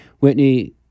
Whitney